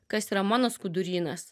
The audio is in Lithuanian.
kas yra mano skudurynas